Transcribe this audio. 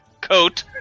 coat